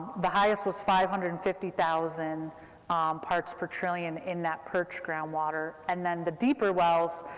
the highest was five hundred and fifty thousand parts per trillion in that perched groundwater, and then the deeper wells,